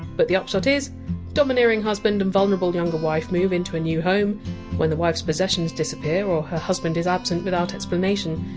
but the upshot is domineering husband and vulnerable younger wife move into a new home when the wife! s possessions disappear or her husband is absent without explanation,